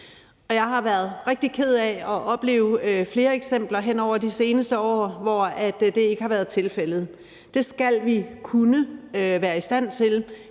jeg har været rigtig ked af at opleve flere eksempler hen over de seneste år, hvor det ikke har været tilfældet. Det skal vi kunne være i stand til.